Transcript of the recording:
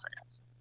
fans